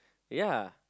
ya